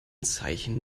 zeichen